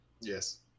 Yes